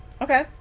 Okay